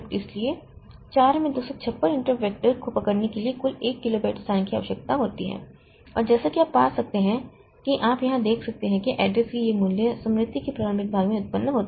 इसलिए 4 में 256 interrupt vector को पकड़ने के लिए कुल 1 किलोबाइट स्थान की आवश्यकता होती है और जैसा कि आप पा सकते हैं कि आप यहां देख सकते हैं कि एड्रेस के ये मूल्य स्मृति के प्रारंभिक भाग में उत्पन्न होते हैं